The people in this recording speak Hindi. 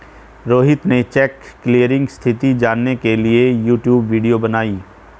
रोहित ने चेक क्लीयरिंग स्थिति जानने के लिए यूट्यूब वीडियो बनाई